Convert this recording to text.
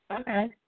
Okay